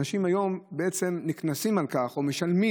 אנשים היום נקנסים על כך או משלמים